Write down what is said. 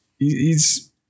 hes